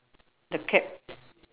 the cap